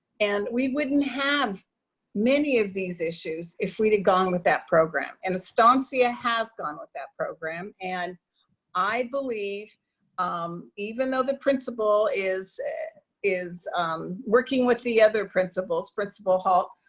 and we wouldn't have many of these issues if we'd had gone with that program. and estancia has gone with that program. and i believe um even though the principal is is working with the other principals, principal halt,